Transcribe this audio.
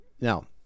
now